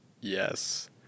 Yes